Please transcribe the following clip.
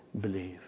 believe